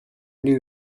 new